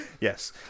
yes